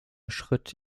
schritt